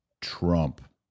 Trump